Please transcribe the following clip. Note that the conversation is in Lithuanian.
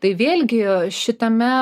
tai vėlgi šitame